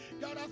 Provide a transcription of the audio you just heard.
God